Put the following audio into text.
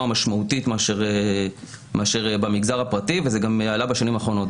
משמעותית מאשר במגזר הפרטי וזה עלה גם בשנים האחרונות.